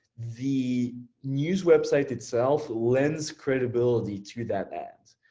the news website itself lends credibility to that ad.